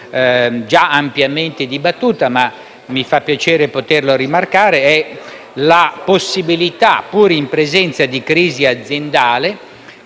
ampiamente dibattuta, ma mi fa piacere poterla rimarcare: la possibilità, pur in presenza di crisi aziendale,